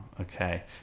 okay